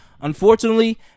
Unfortunately